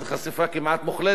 חשיפה כמעט מוחלטת,